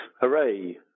Hooray